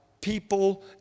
people